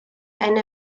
and